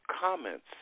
comments